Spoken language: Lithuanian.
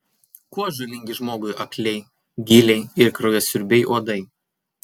kuo žalingi žmogui akliai gyliai ir kraujasiurbiai uodai